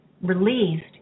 released